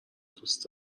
دوست